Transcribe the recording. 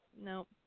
Nope